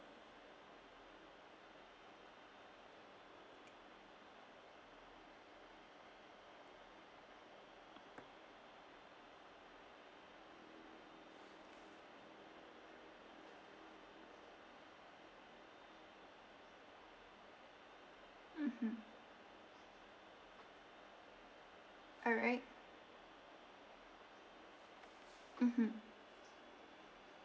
mmhmm alright mmhmm